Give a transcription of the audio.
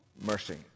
mercy